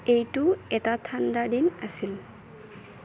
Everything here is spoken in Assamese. এইটো এটা ঠাণ্ডা দিন আছিল